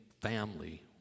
family